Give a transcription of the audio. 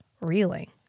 reeling